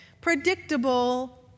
Predictable